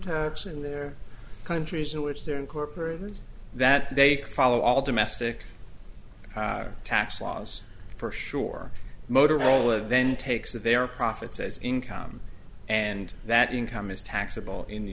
tax in their countries in which they are incorporated that they follow all domestic tax laws for sure motorola then takes their profits as income and that income is taxable in the